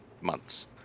months